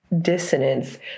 dissonance